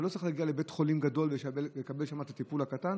אתה לא צריך להגיע לבית חולים גדול ולקבל שם את הטיפול הקטן,